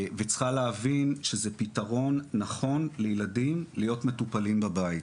וצריכים להבין שזה פתרון נכון לילדים להיות מטופלים בבית.